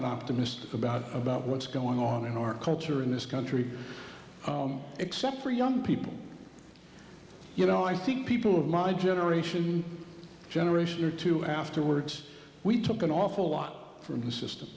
optimistic about about what's going on in our culture in this country except for young people you know i think people of my generation generation or two afterwards we took an awful lot from the system